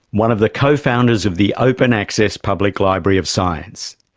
one of the co-founders of the open access public library of science.